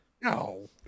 No